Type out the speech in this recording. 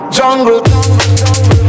Jungle